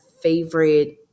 favorite